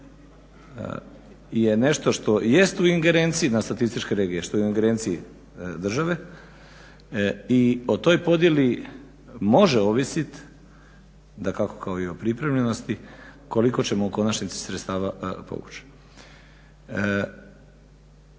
je nešto što jest u ingerenciji na statističke regije, što je u ingerenciji države i o toj podjeli može ovisit dakako kao i o pripremljenosti koliko ćemo u konačnici sredstva povući.